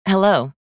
Hello